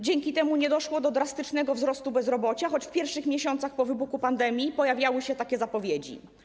Dzięki temu nie doszło do drastycznego wzrostu bezrobocia, choć w pierwszych miesiącach po wybuchu pandemii pojawiały się takie zapowiedzi.